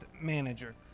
manager